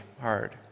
hard